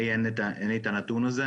לי אין את הנתון הזה.